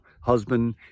husband